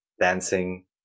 dancing